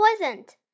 poisoned